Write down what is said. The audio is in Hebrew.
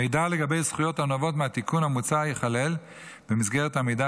מידע לגבי זכויות הנובעות מהתיקון המוצע ייכלל במסגרת המידע